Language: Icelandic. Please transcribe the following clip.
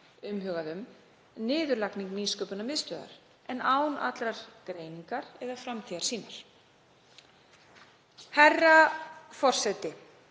umhugað um, niðurlagning Nýsköpunarmiðstöðvar, en án allrar greininga eða framtíðarsýnar. Herra forseti.